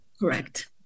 correct